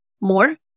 more